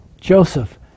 Joseph